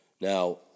Now